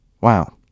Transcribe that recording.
Wow